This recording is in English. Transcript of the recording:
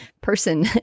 person